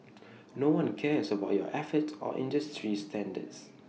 no one cares about your efforts or industry standards